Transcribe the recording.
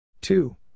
Two